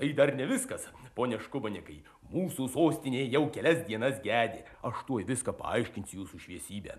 tai dar ne viskas pone škubanėkai mūsų sostinė jau kelias dienas gedi aš tuoj viską paaiškinsiu jūsų šviesybe